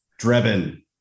Drebin